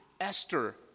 Esther